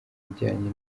bijyanye